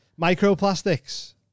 Microplastics